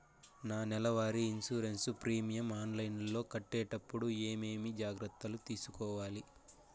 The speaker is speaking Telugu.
నా నెల వారి ఇన్సూరెన్సు ప్రీమియం ఆన్లైన్లో కట్టేటప్పుడు ఏమేమి జాగ్రత్త లు తీసుకోవాలి?